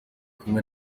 kumwe